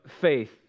faith